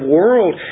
world